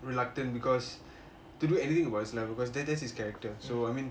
reluctant because to do anything about his level because that's his character so I mean